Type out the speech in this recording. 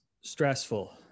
stressful